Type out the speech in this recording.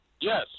Yes